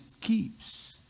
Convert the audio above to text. keeps